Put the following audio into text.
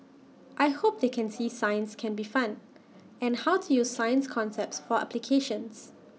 I hope they can see science can be fun and how to use science concepts for applications